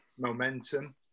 momentum